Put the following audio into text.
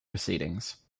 proceedings